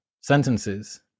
sentences